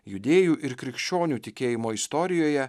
judėjų ir krikščionių tikėjimo istorijoje